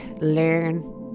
learn